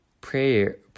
prayer